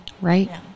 Right